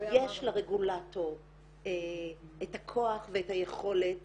יש לרגולטור את הכוח ואת היכולת